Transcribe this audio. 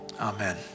Amen